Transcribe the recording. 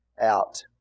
out